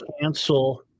cancel